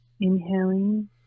Inhaling